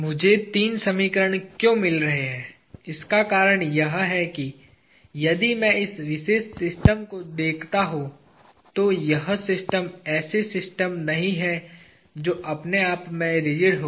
मुझे तीन समीकरण क्यों मिल रहे हैं इसका कारण यह है कि यदि मैं इस विशेष सिस्टम को देखता हूं तो यह सिस्टम ऐसी सिस्टम नहीं है जो अपने आप में रिजिड हो